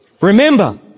Remember